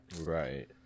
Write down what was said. right